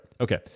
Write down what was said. okay